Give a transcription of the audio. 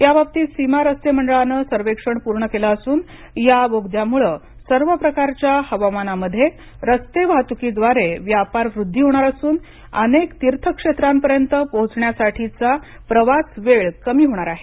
याबाबतीत सीमा रस्ते मंडळाने सर्वेक्षण पूर्ण केले असून या बोगद्यामुळे सर्व प्रकारच्या हवामानात रस्ते वाहतुकीद्वारे व्यापारवृद्धी होणार असून अनेक तीर्थक्षेत्रांपर्यंत पोहचण्यासाठीचा प्रवास वेळ कमी होणार आहे